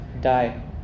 die